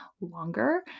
longer